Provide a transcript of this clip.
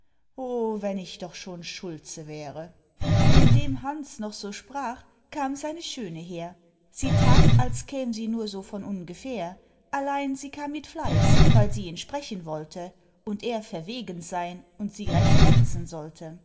wenn ich doch schon schulze wäre indem hanns noch so sprach kam seine schöne her sie tat als käme sie nur so von ungefähr allein sie kam mit fleiß weil sie ihn sprechen wollte und er verwegen sein und sie recht herzen sollte